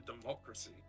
democracy